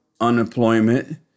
unemployment